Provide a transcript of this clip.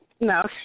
No